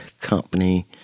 company